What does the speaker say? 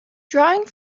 drawing